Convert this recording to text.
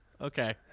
Okay